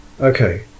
okay